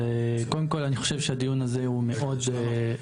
קודם כל אני חושב שהדיון הזה הוא מאוד חשוב,